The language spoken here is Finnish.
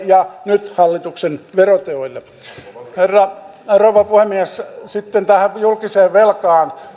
ja nyt hallituksen veroteoille rouva puhemies sitten tähän julkiseen velkaan